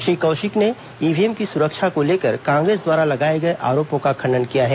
श्री कौशिक ने ईव्हीएम की सुरक्षा को लेकर कांग्रेस द्वारा लगाए गए आरोपों का खंडन किया है